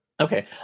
Okay